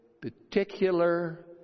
particular